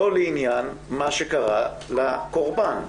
לא לעניין מה שקרא לקורבן.